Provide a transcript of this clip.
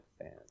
fans